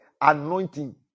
anointing